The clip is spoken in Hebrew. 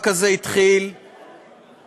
תודה לסגן השר משולם נהרי.